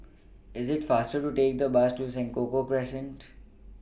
IS IT faster to Take The Bus to Senoko Crescent